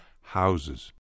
houses